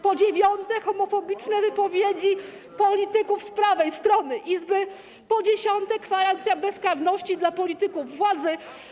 po dziewiąte, homofobiczne wypowiedzi polityków z prawej strony Izby, po dziesiąte, gwarancja bezkarności dla polityków władzy.